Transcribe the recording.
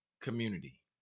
community